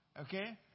Okay